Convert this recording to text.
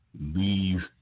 Leave